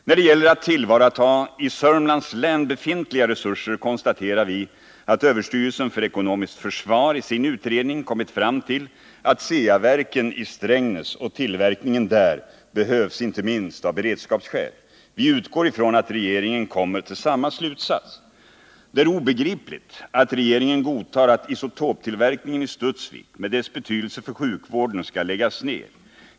När det gäller att tillvarata i Södermanlands län befintliga resurser konstaterar vi att överstyrelsen för ekonomiskt försvar i sin utredning kommit fram till att Ceaverken i Strängnäs och tillverkningen där behövs, inte minst av beredskapsskäl. Vi utgår från att regeringen kommer till samma slutsats. Det är obegripligt att regeringen godtar att isotoptillverkningen i Studsvik med dess betydelse för sjukvården skall läggas ned.